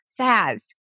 Saz